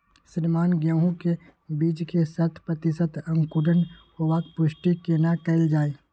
श्रीमान गेहूं के बीज के शत प्रतिसत अंकुरण होबाक पुष्टि केना कैल जाय?